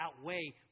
outweigh